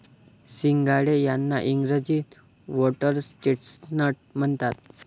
सिंघाडे यांना इंग्रजीत व्होटर्स चेस्टनट म्हणतात